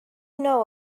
know